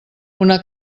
una